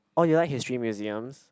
oh you like history museums